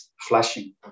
flashing